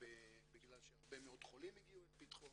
בגלל שהרבה מאוד חולים הגיעו לפתחו,